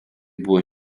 buvo